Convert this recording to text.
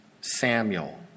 Samuel